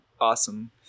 awesome